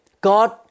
God